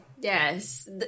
Yes